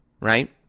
right